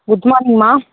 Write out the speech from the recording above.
குட்மார்னிங்ம்மா